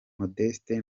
modeste